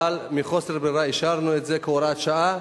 אבל מחוסר ברירה אישרנו את זה כהוראת שעה,